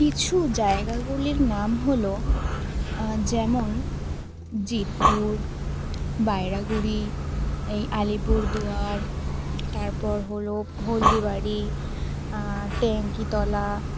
কিছু জায়গাগুলির নাম হলো যেমন জিতপুর বাইরাগুড়ি এই আলিপুরদুয়ার তারপর হলো হলদিবাড়ি ট্যাঙ্কিতলা